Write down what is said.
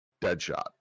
Deadshot